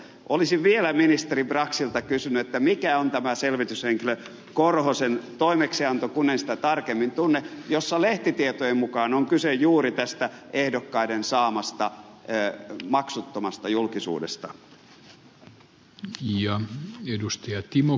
olisin vielä ministeri braxilta kysynyt mikä on tämä selvityshenkilö korhosen toimeksianto kun en sitä tarkemmin tunne jossa lehtitietojen mukaan on kyse juuri tästä ehdokkaiden saamasta maksuttomasta julkisuudesta